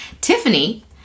Tiffany